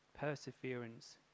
Perseverance